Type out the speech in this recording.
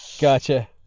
gotcha